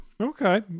Okay